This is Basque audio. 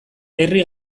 herri